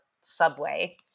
subway